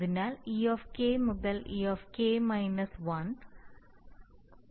അതിനാൽ ek മുതൽ ek 1